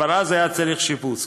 כבר היה צריך שיפוץ,